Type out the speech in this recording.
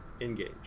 engage